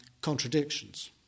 contradictions